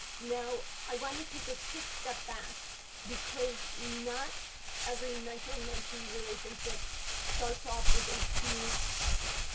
now, i want to take a quick step back because not every mentor mentee relationship starts off with a smooth start.